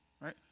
Right